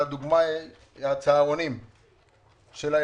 והדוגמה היא צהרונים של החרדים.